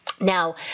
Now